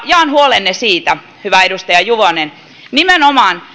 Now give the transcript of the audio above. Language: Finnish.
jaan huolenne siitä hyvä edustaja juvonen että nimenomaan